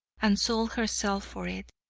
and sold herself for it.